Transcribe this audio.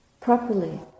properly